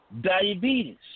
diabetes